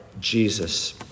Jesus